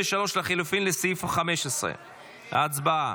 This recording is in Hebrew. לחלופין לסעיף 15. הצבעה.